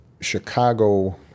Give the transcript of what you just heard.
Chicago